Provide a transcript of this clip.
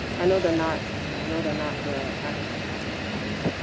i know they're not i know they're not the actual apple snails,